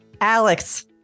Alex